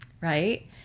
right